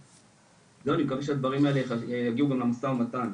אני מקווה שהדברים האלה יגיעו גם למשא ומתן.